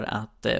att